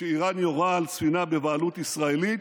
כשאיראן יורה על ספינה בבעלות ישראלית,